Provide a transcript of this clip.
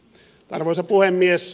arvoisa puhemies